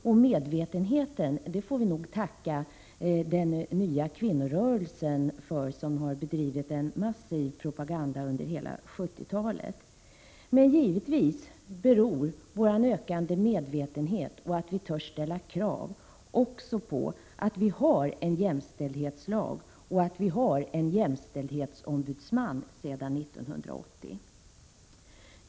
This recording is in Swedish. Vi får nog tacka den nya kvinnorörelsen för denna medvetenhet. Kvinnorörelsen har bedrivit en massiv propaganda under hela 1970 talet. Givetvis beror vår ökande medvetenhet och att vi törs ställa krav också på att vi har en jämställdhetslag och en jämställdhetsombudsman sedan 1980.